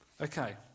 Okay